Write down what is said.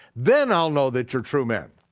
then i'll know that you're true men.